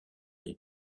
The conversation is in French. les